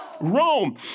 Rome